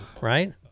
right